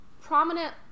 prominent